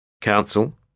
Council